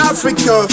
Africa